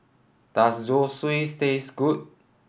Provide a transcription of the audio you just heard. does Zosui taste good